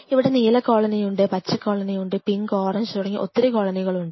ഇവിടെ നീല കോളനി ഉണ്ട് പച്ച കോളനി ഉണ്ട് പിങ്ക് ഓറഞ്ച് തുടങ്ങി ഒത്തിരി കോളനികകളുണ്ട്